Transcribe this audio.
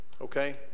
okay